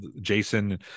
jason